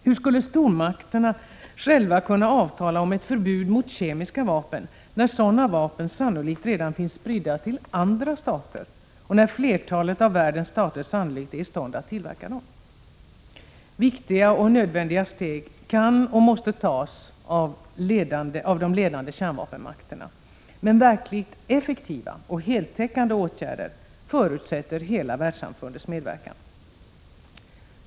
Hur skulle stormakterna själva kunna avtala om ett förbud mot kemiska vapen när sådana vapen sannolikt redan finns spridda till andra stater och när flertalet av världens stater sannolikt är i stånd att tillverka dem? Viktiga och nödvändiga steg kan och måste tas av de ledande kärnvapenmakterna. Men verkligt effektiva och heltäckande åtgärder förutsätter hela världssamfundets medverkan.